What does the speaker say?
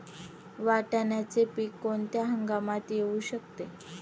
वाटाण्याचे पीक कोणत्या हंगामात येऊ शकते?